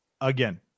again